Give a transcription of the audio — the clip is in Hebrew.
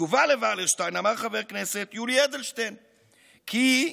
בתגובה לוולרשטיין אמר חבר הכנסת יולי אדלשטיין כי,